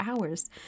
hours